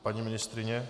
Paní ministryně?